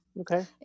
okay